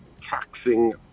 taxing